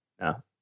No